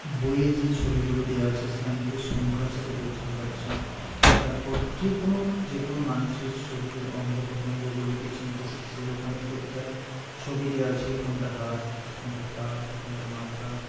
বইয়ে যে ছবিগুলো দেওয়া আছে সেখান থেকে সংখ্যার সাথে পরিচিতি পাচ্ছে তারপর যেকোনো যেকোনো মানুষের শরীরের অঙ্গপ্রত্যঙ্গগুলোকে চিনতে শিখছে ওখানে প্রতিটা ছবি দেওয়া আছে কোনটা হাত কোনটা পা কোনটা মাথা